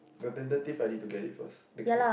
but tentative I need to get it first next next